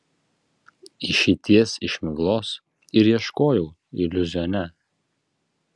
išeities iš miglos ir ieškojau iliuzione